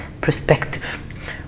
perspective